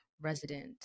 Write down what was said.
resident